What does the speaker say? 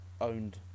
owned